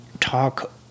talk